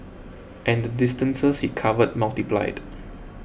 and the distances he covered multiplied